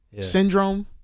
Syndrome